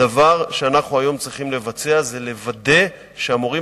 הדבר שאנחנו היום צריכים לבצע זה לוודא שהמורים